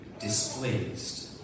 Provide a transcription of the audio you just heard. displeased